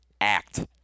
act